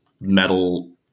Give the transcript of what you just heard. metal